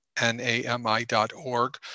N-A-M-I.org